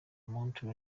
montre